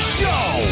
show